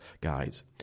guys